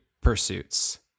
pursuits